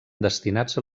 destinats